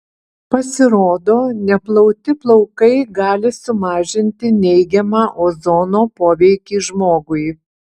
pasirodo neplauti plaukai gali sumažinti neigiamą ozono poveikį žmogui